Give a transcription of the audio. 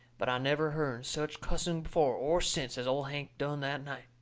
but i never hearn such cussing before or since as old hank done that night.